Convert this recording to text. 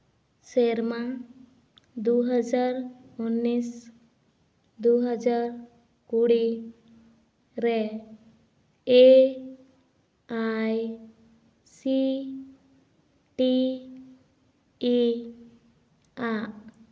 ᱥᱮᱨᱢᱟ ᱫᱩᱦᱟᱡᱟᱨ ᱩᱱᱤᱥ ᱫᱩᱦᱟᱡᱟᱨ ᱠᱩᱲᱤ ᱨᱮ A I C T E ᱟᱜ